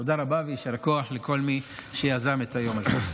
תודה רבה ויישר כוח לכל מי שיזם את היום הזה.